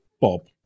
Bob